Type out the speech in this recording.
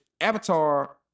Avatar